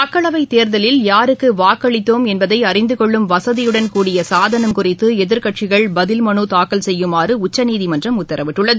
மக்களவைத் தேர்தலில் யாருக்குவாக்களித்தோம் என்பதைஅறிந்துகொள்ளும் வசதியுடன் குறித்துஎதிர்க்கட்சிகள் பதில்மனுதாக்கல் செய்யுமாறுஉச்சநீதிமன்றம் சாதனம் கூடிய உத்தரவிட்டுள்ளது